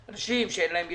אנשים שאין להם ילדים.